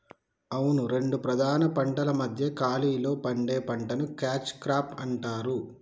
అవును రెండు ప్రధాన పంటల మధ్య ఖాళీలో పండే పంటని క్యాచ్ క్రాప్ అంటారు